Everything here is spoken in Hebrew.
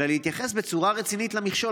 אלא להתייחס בצורה רצינית למכשול.